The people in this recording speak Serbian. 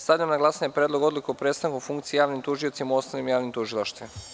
Stavljam na glasanje Predlog odluke o prestanku funkcije javnim tužiocima u osnovnim javnim tužilaštvima.